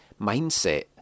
mindset